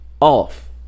off